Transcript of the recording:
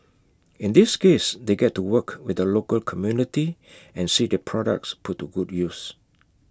in this case they get to work with the local community and see their products put good use